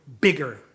bigger